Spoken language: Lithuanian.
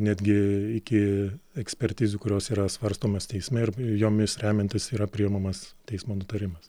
netgi iki ekspertizių kurios yra svarstomas teisme ir jomis remiantis yra priimamas teismo nutarimas